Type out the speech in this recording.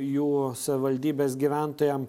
jų savivaldybės gyventojam